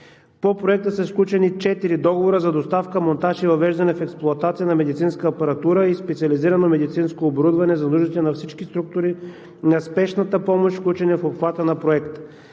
По Проекта са сключени четири договора за доставка, монтаж и въвеждане в експлоатация на медицинска апаратура и специализирано медицинско оборудване за нуждите на всички структури на спешната помощ, включени в обхвата на Проекта.